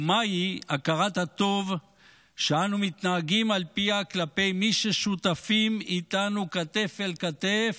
ומהי הכרת הטוב שאנו מתנהגים על פיה כלפי מי ששותפים איתנו כתף אל כתף,